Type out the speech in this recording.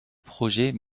projet